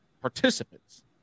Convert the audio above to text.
participants